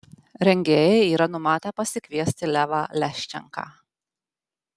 rengėjai yra numatę pasikviesti levą leščenką